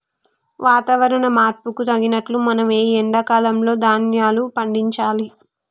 వాతవరణ మార్పుకు తగినట్లు మనం ఈ ఎండా కాలం లో ధ్యాన్యాలు పండించాలి